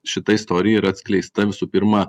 šita istorija ir atskleista visų pirma